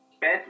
bed